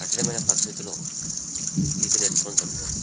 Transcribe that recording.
కఠినమైన పరిస్థితిలో ఈత నేర్చుకోవటం జరుగుతుంది